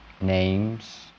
names